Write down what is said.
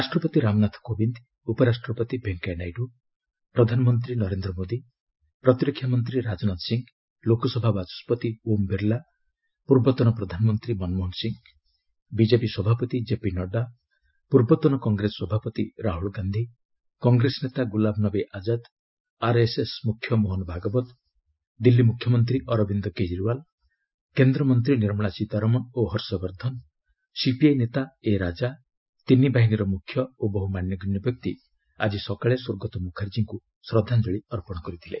ରାଷ୍ଟ୍ରପତି ରାମନାଥ କୋବିନ୍ଦ ଉପରାଷ୍ଟ୍ରପତି ଭେଙ୍କୟା ନାଇଡୁ ପ୍ରଧାନମନ୍ତ୍ରୀ ନରେନ୍ଦ୍ର ମୋଦୀ ପ୍ରତିରକ୍ଷା ମନ୍ତ୍ରୀ ରାଜନାଥ ସିଂହ ଲୋକସଭା ବାଚସ୍କତି ଓମ୍ ବିର୍ଲା ପୂର୍ବତନ ପ୍ରଧାନମନ୍ତ୍ରୀ ମନମୋହନ ସିଂହ ବିଜେପି ସଭାପତି ଜେପି ନଡ୍ଗା ପୂର୍ବତନ କଂଗ୍ରେସ ସଭାପତି ରାହୁଲ ଗାନ୍ଧି କଂଗ୍ରେସ ନେତା ଗୁଲାମନବୀ ଆକାଦ ଆର୍ଏସ୍ଏସ୍ ମୁଖ୍ୟ ମୋହନ ଭାଗବତ ଦିଲ୍ଲୀ ମୁଖ୍ୟମନ୍ତ୍ରୀ ଅରବିନ୍ଦ କେଜରିୱାଲ କେନ୍ଦ୍ର ମନ୍ତ୍ରୀ ନିର୍ମଳା ସୀତାରମଣ ଓ ହର୍ଷବର୍ଦ୍ଧନ ସିପିଆଇ ନେତା ଏ ରାଜା ତିନି ବାହିନୀର ମୁଖ୍ୟ ଓ ବହୁ ମାନ୍ୟଗଣ୍ୟ ବ୍ୟକ୍ତି ଆଜି ସକାଳେ ସ୍ୱର୍ଗତ ମୁଖାର୍ଜୀଙ୍କୁ ଶ୍ରଦ୍ଧାଞ୍ଜଳୀ ଅର୍ପଣ କରିଥିଲେ